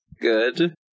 Good